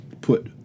put